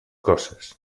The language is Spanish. cosas